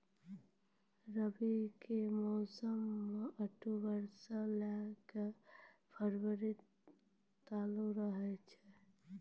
रबी के मौसम अक्टूबरो से लै के फरवरी तालुक रहै छै